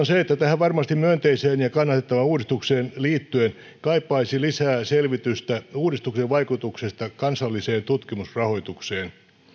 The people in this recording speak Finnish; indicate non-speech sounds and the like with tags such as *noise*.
*unintelligible* se että tähän varmasti myönteiseen ja kannatettavaan uudistukseen liittyen kaipaisi lisää selvitystä uudistuksen vaikutuksesta kansalliseen tutkimusrahoitukseen